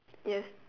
yes